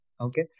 Okay